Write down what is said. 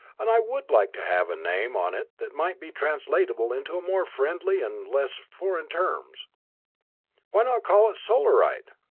and i would like to have a name on it that might be translatable into more friendly and less foreign terms why not call it solarite?